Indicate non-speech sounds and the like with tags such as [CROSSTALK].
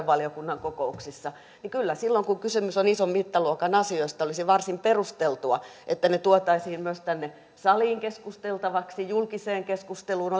[UNINTELLIGIBLE] valiokunnan kokouksissa niin kyllä silloin kun kysymys on ison mittaluokan asioista olisi varsin perusteltua että ne tuotaisiin myös tänne saliin keskusteltavaksi julkiseen keskusteluun [UNINTELLIGIBLE]